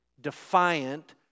defiant